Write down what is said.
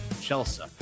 Chelsea